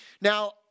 Now